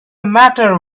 matter